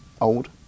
old